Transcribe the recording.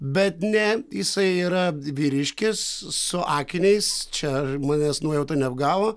bet ne jisai yra vyriškis su akiniais čia manęs nuojauta neapgavo